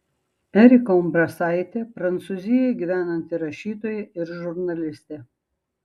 erika umbrasaitė prancūzijoje gyvenanti rašytoja ir žurnalistė